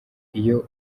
iyo